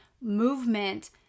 movement